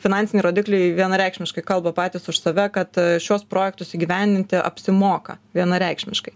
finansiniai rodikliai vienareikšmiškai kalba patys už save kad šiuos projektus įgyvendinti apsimoka vienareikšmiškai